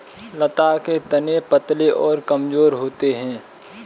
लता के तने पतले और कमजोर होते हैं